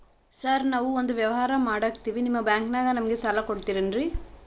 Sir ನಾವು ಒಂದು ವ್ಯವಹಾರ ಮಾಡಕ್ತಿವಿ ನಿಮ್ಮ ಬ್ಯಾಂಕನಾಗ ನಮಿಗೆ ಸಾಲ ಕೊಡ್ತಿರೇನ್ರಿ?